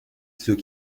ceux